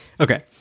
Okay